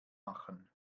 machen